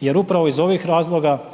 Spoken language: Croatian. jer upravo iz ovih razloga